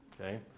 okay